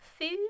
Food